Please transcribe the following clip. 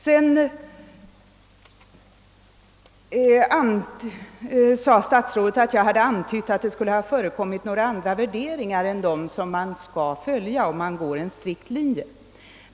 Vidare sade statsrådet att jag hade antytt "att det skulle ha förekommit några andra värderingar än dem man skall följa, om man går efter en strikt linje.